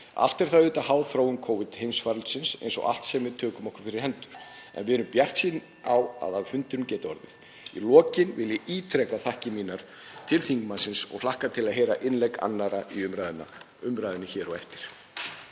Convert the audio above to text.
Allt er það auðvitað háð þróun Covid-heimsfaraldursins eins og allt sem við tökum okkur fyrir hendur, en við erum bjartsýn á að af fundinum geti orðið.(Forseti hringir.) Í lokin vil ég ítreka þakkir mínar til þingmannsins og hlakka til að heyra innlegg annarra í umræðunni hér á eftir.